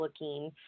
looking